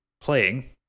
playing